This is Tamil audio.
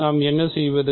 நாம் என்ன செய்வது